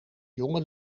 jonge